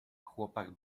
chłopak